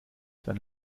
dann